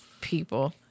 people